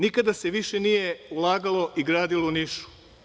Nikada se više nije ulagalo i gradilo u Nišu.